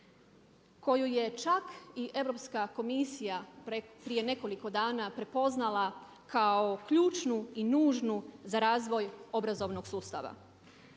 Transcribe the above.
koju je čak i Europska komisija prije nekoliko dana prepoznala kao ključnu i nužnu za razvoj obrazovnog sustava?